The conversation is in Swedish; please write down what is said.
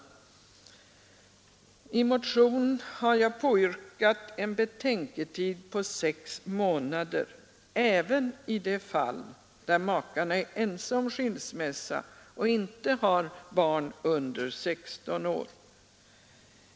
I motion 1973:1803 har jag påyrkat en betänketid på 6 månader även i de fall där makarna är ense om skilsmässa och inte har barn under 16 år.